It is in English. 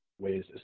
ways